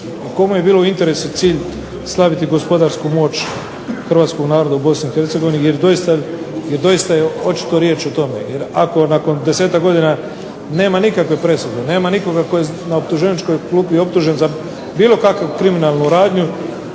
kome je bilo u interesu, cilj staviti gospodarsku moć hrvatskog naroda u Bosni i Hercegovini. Jer doista je očito riječ o tome. Jer ako nakon desetak godina nema nikakve presude, nema nikoga tko je na optuženičkoj klupi optužen za bilo kakvu kriminalnu radnju,